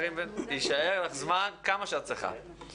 יישאר לך זמן כמה שאת צריכה.